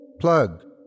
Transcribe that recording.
Plug